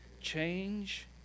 Change